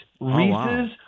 Reese's